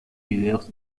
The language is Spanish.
vídeos